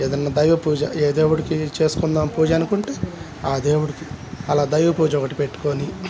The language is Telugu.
ఏదైనా దైవ పూజ ఏ దేవుడికి చేసుకుందాము పూజ అనుకుంటే ఆ దేవుడికి అలా దైవ పూజ ఒకటి పెట్టుకొని